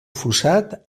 fossat